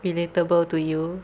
relatable to you